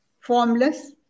formless